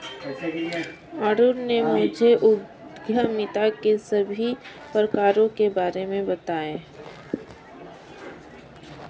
अरुण ने मुझे उद्यमिता के सभी प्रकारों के बारे में बताएं